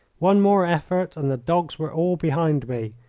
one more effort, and the dogs were all behind me.